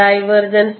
H